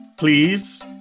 please